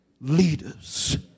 leaders